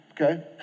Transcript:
Okay